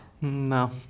No